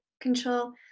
Control